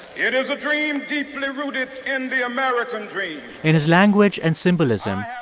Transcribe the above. it is a dream deeply rooted in the american dream in his language and symbolism,